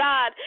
God